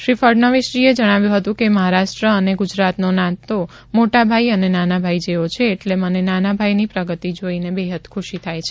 શ્રી ફડણવીસજીએ જણાવ્યું હતું કે મહારાષ્ટ્ર અને ગુજરાતનો નાતો મોટાભાઈ અને નાનાભાઇ જેવો છે એટલે મને નાનાભાઇની પ્રગતિ જોઈને બેહદ ખ્રશી થાય છે